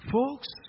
Folks